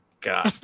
God